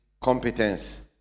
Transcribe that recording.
competence